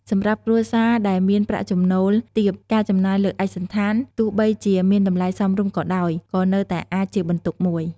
សម្រាប់គ្រួសារដែលមានប្រាក់ចំណូលទាប ការចំណាយលើឯកសណ្ឋាន ទោះបីជាមានតម្លៃសមរម្យក៏ដោយ ក៏នៅតែអាចជាបន្ទុកមួយ។